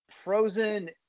frozen